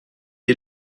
est